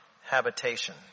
habitation